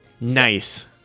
Nice